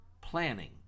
planning